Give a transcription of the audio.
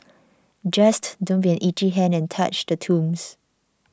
just don't be an itchy hand and touch the tombs